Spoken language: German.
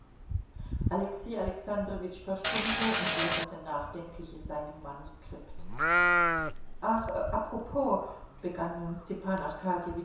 alexei alexandrowitsch verstummte und blätterte nachdenklich in seinem manuskript ach apropos begann nun stepan